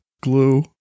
Glue